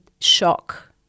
shock